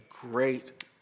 great